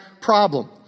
problem